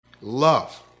love